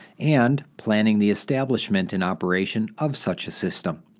and planning the establishment and operation of such a system.